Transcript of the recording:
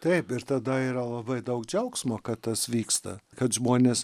taip ir tada yra labai daug džiaugsmo kad tas vyksta kad žmonės